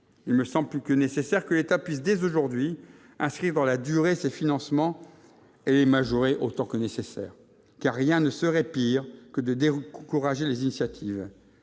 Il est indispensable que l'État puisse dès aujourd'hui inscrire dans la durée ses financements et les majorer autant que nécessaire, car rien ne serait pire que de décourager les initiatives.